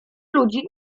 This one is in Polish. ludzi